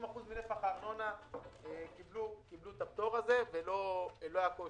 90% מנפח הארנונה קיבלו את הפטור הזה ולא היה קושי.